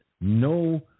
no